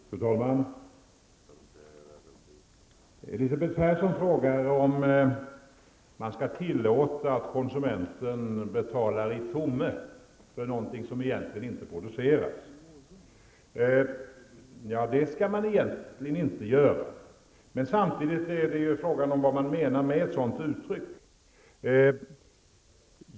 Fru talman! Elisabeth Persson frågar om man skall tillåta att konsumenten betalar ''i tomme'' för någonting som inte produceras. Det skall man egentligen inte göra, men samtidigt är det fråga om vad som menas med ett sådant uttryck.